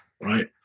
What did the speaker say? right